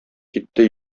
китте